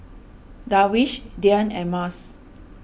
Darwish Dian and Mas